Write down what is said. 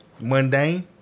mundane